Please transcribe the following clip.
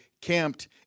camped